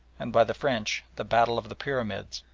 and by the french the battle of the pyramids,